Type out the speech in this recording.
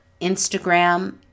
Instagram